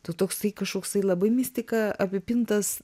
toksai kažkoksai labai mistika apipintas